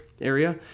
area